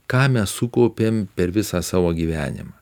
ką mes sukaupėm per visą savo gyvenimą